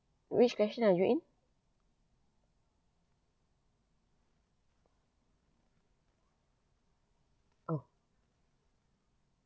which question are you in oh